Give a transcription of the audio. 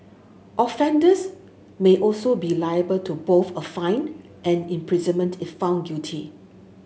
offenders may also be liable to both a fine and imprisonment if found guilty